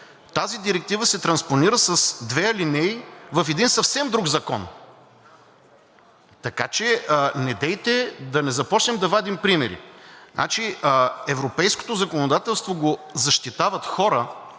Тази директива се транспонира с две алинеи в един съвсем друг закон.“ Така че недейте, за да не започваме да вадим примери. Европейското законодателство го защитават хора